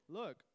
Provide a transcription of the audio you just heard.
look